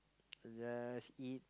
just eat